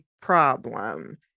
problem